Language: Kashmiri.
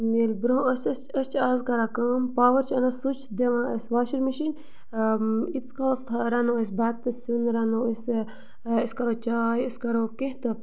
ییٚلہِ برٛونٛہہ ٲسۍ أسۍ أسۍ چھِ آز کَران کٲم پاوَر چھِ یِوان سُچ دِوان أسۍ واشِنٛگ مِشیٖن ییٖتِس کالَس تھاوو رَنو أسۍ بَتہٕ تہٕ سیُن رَنو أسۍ یہِ أسۍ کَرو چاے أسۍ کَرو کیٚنٛہہ تہٕ